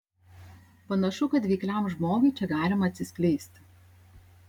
panašu kad veikliam žmogui čia galima atsiskleisti